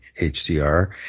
HDR